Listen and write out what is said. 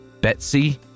Betsy